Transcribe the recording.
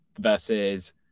versus